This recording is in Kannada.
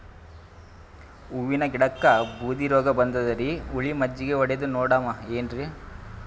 ಹೂವಿನ ಗಿಡಕ್ಕ ಬೂದಿ ರೋಗಬಂದದರಿ, ಹುಳಿ ಮಜ್ಜಗಿ ಹೊಡದು ನೋಡಮ ಏನ್ರೀ?